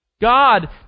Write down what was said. God